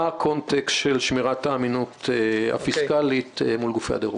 בקונטקסט של שמירת האמינות הפיסקלית מול גופי הדרוג.